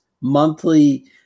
monthly